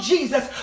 Jesus